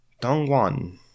Dongguan